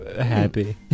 happy